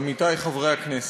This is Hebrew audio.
עמיתי חברי הכנסת,